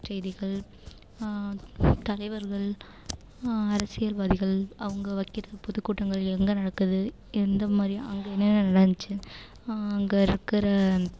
செய்திகள் தலைவர்கள் அரசியல்வாதிகள் அவங்க வைக்கிற பொதுக்கூட்டங்கள் எங்கே நடக்குது எந்த மாதிரி அங்கே என்னென்ன நடந்துச்சு அங்கே இருக்கிற